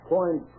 Point